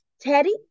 Teddy